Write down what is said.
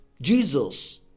Jesus